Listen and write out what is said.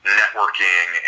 networking